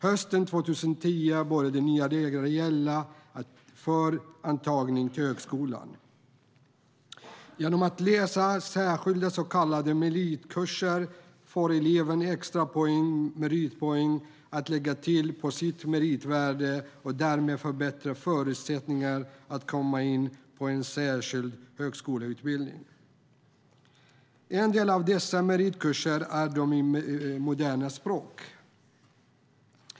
Hösten 2010 började nya regler att gälla för antagning till högskolan. Genom att läsa särskilda så kallade meritkurser får eleven extra poäng, meritpoäng, att lägga till sitt meritvärde och därmed förbättra förutsättningarna att komma in på en särskild högskoleutbildning. En del av dessa meritkurser är de i moderna språk.